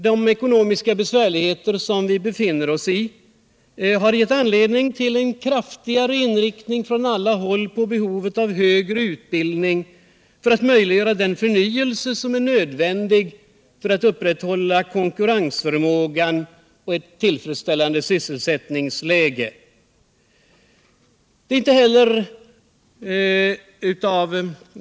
De ekonomiska besvärligheter som vi befinner oss i har gett anledning till kraftigare inriktning från alla håll på högre utbildning för att möjliggöra den förnyelse som är nödvändig för att upprätthålla konkurrensförmågan och ett tillfredsställande sysselsättningsläge.